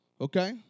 Okay